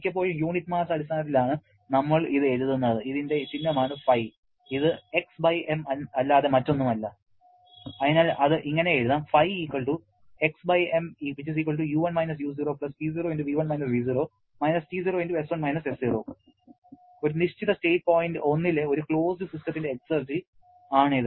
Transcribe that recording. മിക്കപ്പോഴും unit mass അടിസ്ഥാനത്തിലാണ് നമ്മൾ ഇത് എഴുതുന്നത് ഇതിന്റെ ചിഹ്നമാണ് ϕ ഇത് Xm അല്ലാതെ മറ്റൊന്നുമല്ല അതിനാൽ അത് ഇങ്ങനെ എഴുതാം ഒരു നിശ്ചിത സ്റ്റേറ്റ് പോയിന്റ് 1 ലെ ഒരു ക്ലോസ്ഡ് സിസ്റ്റത്തിന്റെ എക്സർജി ആണ് ഇത്